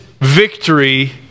victory